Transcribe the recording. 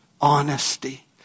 honesty